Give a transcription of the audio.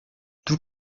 tout